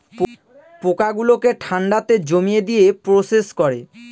পোকা গুলোকে ঠান্ডাতে জমিয়ে দিয়ে প্রসেস করে